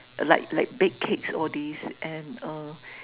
like like bake cakes all these and err